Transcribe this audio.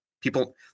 People